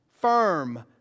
firm